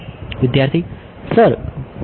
વિદ્યાર્થી સર પણ નહીં